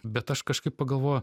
bet aš kažkaip pagalvojau